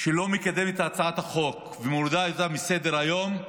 שלא לקדם את הצעת החוק ומורידה אותה מסדר-היום,